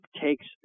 takes